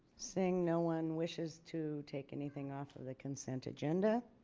seeing no one wishes to take anything off of the consent agenda.